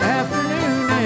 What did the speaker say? afternoon